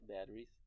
batteries